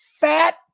fat